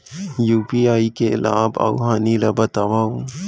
UPI के लाभ अऊ हानि ला बतावव